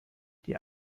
die